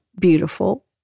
beautiful